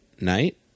night